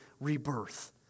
rebirth